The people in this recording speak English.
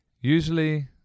Usually